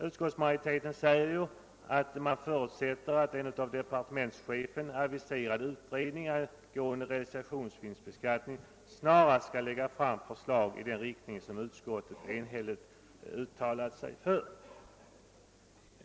Utskottsmajoriteten säger ju att man förutsätter, att en av departementschefen aviserad utredning angående <realisationsvinstbeskattning snarast skall lägga fram förslag i den riktning som utskottet enhälligt har uttalat sig för.